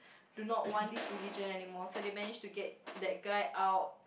do no want this religion anymore so they managed to get that guy out